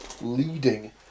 leading